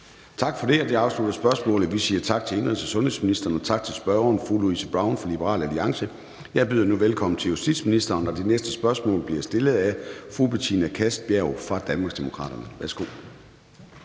Tak for det. Det afslutter spørgsmålet, og vi siger tak til indenrigs- og sundhedsministeren og tak til spørgeren, fru Louise Brown fra Liberal Alliance. Jeg byder nu velkommen til justitsministeren, og det næste spørgsmål bliver stillet af fru Betina Kastbjerg fra Danmarksdemokraterne.